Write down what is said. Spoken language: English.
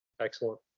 Excellent